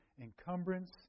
encumbrance